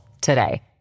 today